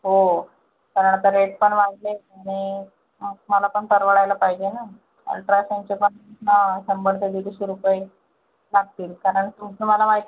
हो कारण आता रेट पण वाढलेत आणि मग मला पण परवडायला पाहिजे ना अल्ट्रेशनचे पण हां शंभर ते दीडशे रुपये लागतील कारण तुमचं मला माहिती आहे